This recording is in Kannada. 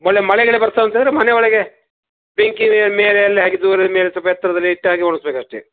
ಒಳ್ಳೆ ಮಳೆ ಗಿಳೆ ಬರ್ತದಂತ ಹೇಳಿದ್ರೆ ಮನೆ ಒಳಗೆ ಬೆಂಕಿ ಮೇಲೆ ಅಲ್ಲೆ ಹಾಕಿ ದೂರದ ಮೇಲೆ ಸ್ವಲ್ಪ ಎತ್ತರದಲ್ಲಿ ಇಟ್ಟಾಗೆ ಒಣಗ್ಸ್ಬೇಕು ಅಷ್ಟೆ